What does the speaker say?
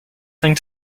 thing